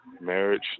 marriage